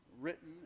Written